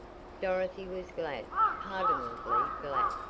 dorothy was glad pardonably glad.